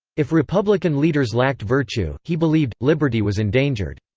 if republican leaders lacked virtue, he believed, liberty was endangered.